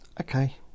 Okay